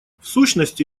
сущности